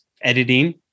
editing